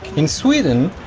in sweden,